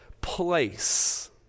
place